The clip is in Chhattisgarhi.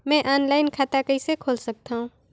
मैं ऑनलाइन खाता कइसे खोल सकथव?